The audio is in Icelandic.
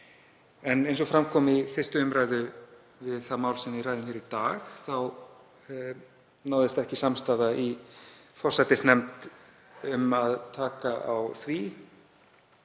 En eins og fram kom í 1. umr. við það mál sem við ræðum hér í dag þá náðist ekki samstaða í forsætisnefnd um að taka á því.